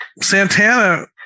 Santana